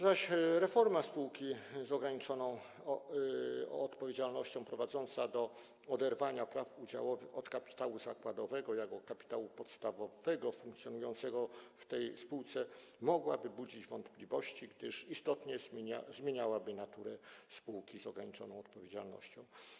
Zaś reforma spółki z ograniczoną odpowiedzialnością prowadząca do oderwania praw udziałowych od kapitału zakładowego jako kapitału podstawowego funkcjonującego w tej spółce mogłaby budzić wątpliwości, gdyż istotnie zmieniałaby naturę spółki z ograniczoną odpowiedzialnością.